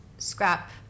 scrap